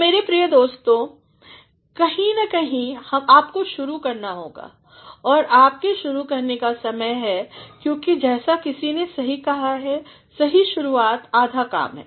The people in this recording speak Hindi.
तो मेरे प्रियदोस्तों कहीं ना कहीं आपको शुरू करना होगा और आपके शुरू करने का समय है क्योंकि जैसा किसी ने सही कहा है सही शुरुआत आधा काम है